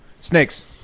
Snakes